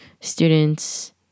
students